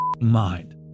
mind